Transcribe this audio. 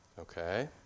Okay